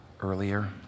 earlier